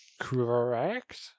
correct